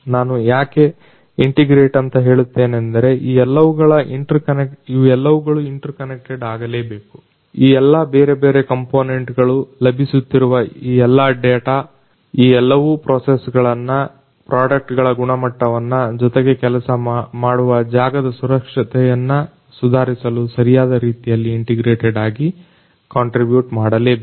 ನಾನು ಯಾಕೆ ಇಂಟಿಗ್ರೇಟ್ ಅಂತ ಹೇಳುತ್ತೇನೆಂದರೆ ಈ ಎಲ್ಲವುಗಳು ಇಂಟರ್ಕನೆಕ್ಟೆಡ್ ಆಗಲೇಬೇಕು ಈ ಎಲ್ಲ ಬೇರೆ ಬೇರೆ ಕಂಪೋನೆಂಟ್ ಗಳು ಲಭಿಸುತ್ತಿರುವ ಈ ಎಲ್ಲ ಡಾಟ ಈ ಎಲ್ಲವೂ ಪ್ರೊಸೆಸ್ಗಳನ್ನ ಪ್ರಾಡಕ್ಟ್ಗಳ ಗುಣಮಟ್ಟವನ್ನ ಜೊತೆಗೆ ಕೆಲಸ ಮಾಡುವ ಜಾಗದ ಸುರಕ್ಷತೆಯನ್ನ ಸುಧಾರಿಸಲು ಸರಿಯಾದ ರೀತಿಯಲ್ಲಿ ಇಂಟಿಗ್ರೇಟೆಡ್ ಆಗಿ ಕಾಂಟ್ರಿಬ್ಯುಟ್ ಮಾಡಲೇಬೇಕು